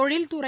தொழில்துறை